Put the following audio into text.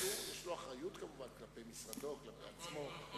אבל יש לו אחריות כמובן כלפי משרדו וכלפי עצמו.